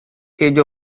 edge